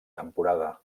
temporada